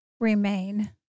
remain